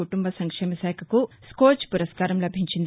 కుటుంబ సంక్షేమ శాఖకు స్కోచ్ పురస్కారం లభించింది